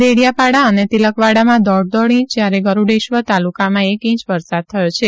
દેડિયાપાડ અને તિલકવાડામાં દોઢ દોઢ ઇંચ જ્યારે ગરૂડેશ્વર તાલુકામાં એક ઇંચ વરસાદ થયો છે